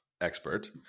expert